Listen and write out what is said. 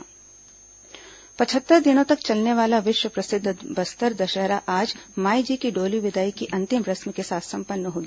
बस्तर दशहरा संपन्न पचहत्तर दिनों तक चलने वाला विश्व प्रसिद्ध बस्तर दशहरा आज मांईजी की डोली विदाई की अंतिम रस्म के साथ संपन्न हो गया